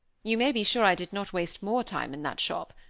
you may be sure i did not waste more time in that shop,